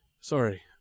Sorry